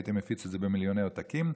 הייתי מפיץ את זה במיליוני עותקים,